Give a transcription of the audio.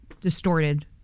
distorted